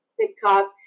TikTok